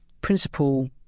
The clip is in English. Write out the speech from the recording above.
principal